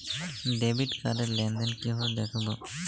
Debit card র লেনদেন কিভাবে দেখবো?